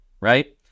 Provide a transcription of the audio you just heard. right